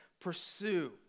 pursue